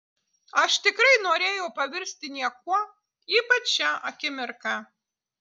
aš tikrai norėjau pavirsti niekuo ypač šią akimirką